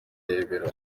rebero